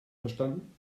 verstanden